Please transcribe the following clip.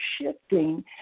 shifting